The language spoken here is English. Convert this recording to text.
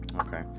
Okay